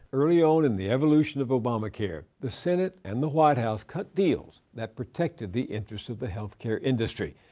early on in the evolution of obamacare, the senate and the white house cut deals that protected the interests of the health care industry,